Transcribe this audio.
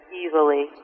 easily